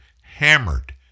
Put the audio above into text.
hammered